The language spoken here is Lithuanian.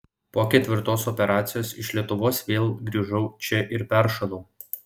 po ketvirtos operacijos iš lietuvos vėl grįžau čia ir peršalau